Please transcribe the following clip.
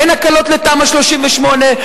אין הקלות לתמ"א 38,